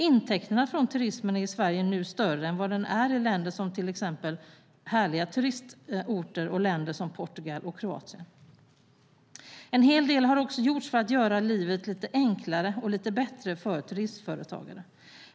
Intäkterna från turismen är i Sverige nu större än vad de är i härliga turistländer som Portugal och Kroatien. En hel del har också gjorts för att göra livet enklare och lite bättre för turismföretagare.